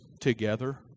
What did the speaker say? together